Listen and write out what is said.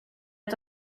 att